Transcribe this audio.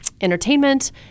entertainment